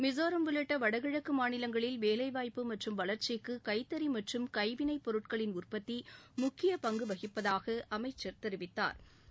மிசோரம் உள்ளிட்ட வடகிழக்கு மாநிலங்களில் வேலைவாய்ப்பு மற்றும் வளர்ச்சிக்கு கைத்தறி மற்றும் கைவினைப் பொருட்களின் உற்பத்தி முக்கிய பங்கு வகிப்பதாக அமைச்சர் தெரிவித்தாா்